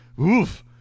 Oof